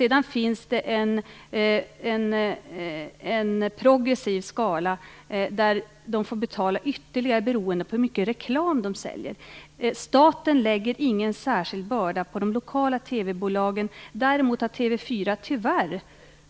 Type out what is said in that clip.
Enligt en progressiv skala får man sedan betala ytterligare beroende på hur mycket reklam man säljer. Staten lägger ingen särskild börda på de lokala TV-bolagen. Däremot har TV 4 tyvärr